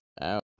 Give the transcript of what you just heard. out